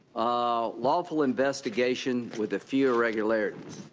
ah lawful investigation with a few irregularities.